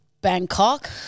Bangkok